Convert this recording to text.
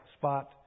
spot